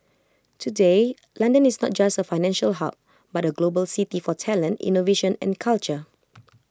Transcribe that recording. today London is not just A financial hub but A global city for talent innovation and culture